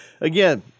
again